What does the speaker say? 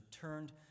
turned